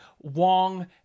Wong